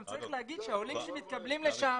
גם צריך להגיד שהעולים שמתקבלים לשם,